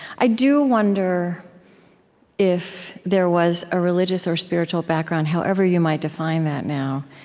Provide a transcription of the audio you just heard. i do wonder if there was a religious or spiritual background, however you might define that now.